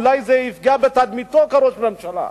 אולי זה יפגע בתדמיתו כראש ממשלה.